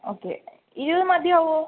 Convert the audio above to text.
okay ഇരുപത് മതിയാവോ